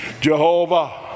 Jehovah